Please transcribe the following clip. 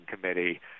committee